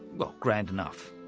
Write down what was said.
well, grand enough.